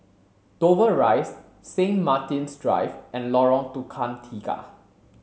Dover Rise Saint Martin's Drive and Lorong Tukang Tiga